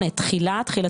בהרבה.